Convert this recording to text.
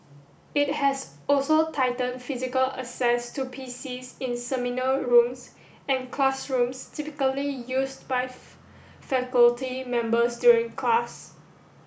it has also tightened physical access to PCs in seminar rooms and classrooms typically used by faculty members during class